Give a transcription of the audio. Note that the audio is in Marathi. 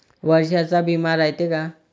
वर्षाचा बिमा रायते का?